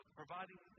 providing